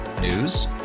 News